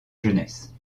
jeunesse